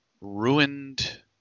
ruined